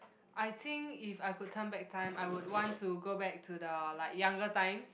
I think if I could turn back time I would want to go back to the like younger times